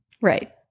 Right